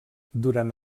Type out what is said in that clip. durant